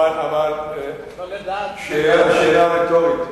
שאלה רטורית.